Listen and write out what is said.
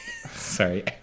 sorry